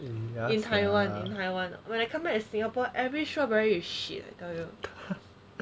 in taiwan taiwan when I come back to singapore every strawberry like shit I tell you